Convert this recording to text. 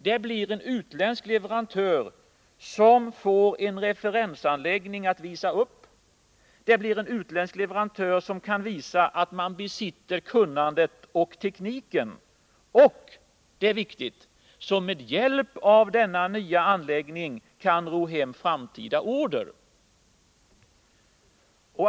Det blir en utländsk leverantör som får en referensanläggning att visa upp. Det blir en utländsk leverantör som kan visa att man besitter kunnandet och tekniken och — det är viktigt — som med hjälp av denna nya anläggning kan ro hem framtida order.